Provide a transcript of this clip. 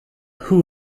who